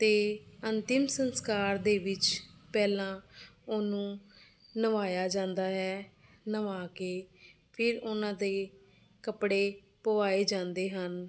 ਅਤੇ ਅੰਤਿਮ ਸੰਸਕਾਰ ਦੇ ਵਿੱਚ ਪਹਿਲਾਂ ਉਹਨੂੰ ਨਵਾਇਆ ਜਾਂਦਾ ਹੈ ਨਵਾ ਕੇ ਫਿਰ ਉਹਨਾਂ ਦੇ ਕੱਪੜੇ ਪੁਆਏ ਜਾਂਦੇ ਹਨ